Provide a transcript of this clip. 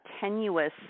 tenuous